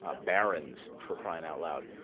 ah barron's for crying out loud,